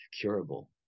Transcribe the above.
curable